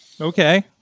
Okay